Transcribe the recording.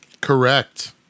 Correct